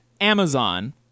Amazon